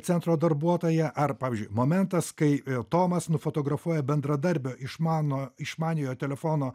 centro darbuotoją ar pavyzdžiui momentas kai tomas nufotografuoja bendradarbio išmano išmaniojo telefono